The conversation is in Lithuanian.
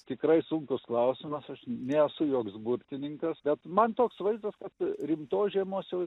tikrai sunkus klausimas aš nesu joks burtininkas bet man toks vaizdas kad rimtos žiemos jau